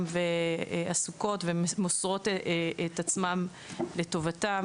והן עסוקות והן מוסרות את עצמן לטובתן.